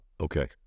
Okay